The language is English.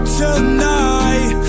tonight